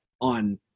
on